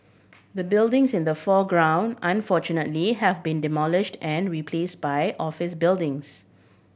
the buildings in the foreground unfortunately have been demolished and replace by office buildings